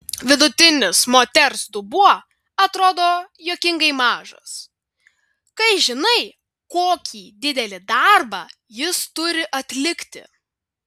vidutinis moters dubuo atrodo juokingai mažas kai žinai kokį didelį darbą jis turi atlikti